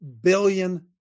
billion